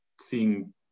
seeing